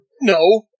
no